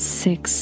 six